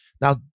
Now